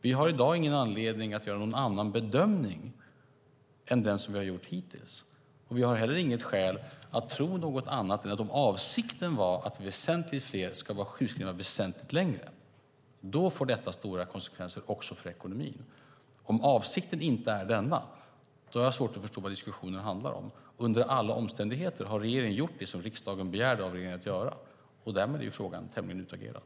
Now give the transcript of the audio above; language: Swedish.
Vi har i dag ingen anledning att göra någon annan bedömning än den som vi har gjort hittills. Vi har inte heller något skäl att tro något annat än att om avsikten var att väsentligt fler skulle vara sjukskrivna väsentligt längre får det stora konsekvenser också för ekonomin. Om avsikten inte är denna har jag svårt att förstå vad diskussionen handlar om. Under alla omständigheter har regeringen gjort det som riksdagen begärde av regeringen att göra. Därmed är frågan tämligen utagerad.